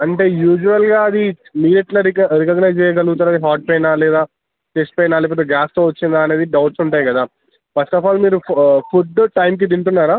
అంటే యూజువల్గా అది మీరు ఎట్లా రిక రికగ్నైజ్ చేయగలుగుతున్నారు అది హార్ట్ పైనా లేదా చెస్ట్ పెయినా లేకపోతే గ్యాస్తో వచ్చిందా అనేది డౌట్స్ ఉంటాయి కదా ఫస్ట్ అఫ్ ఆల్ మీరు ఫుడ్ టైంకి తింటున్నారా